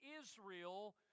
Israel